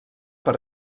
per